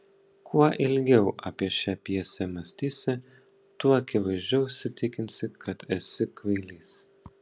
kuo ilgiau apie šią pjesę mąstysi tuo akivaizdžiau įsitikinsi kad esi kvailys